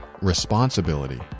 responsibility